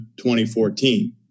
2014